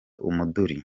umuduri